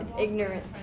ignorant